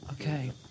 Okay